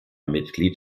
mitglied